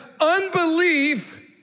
unbelief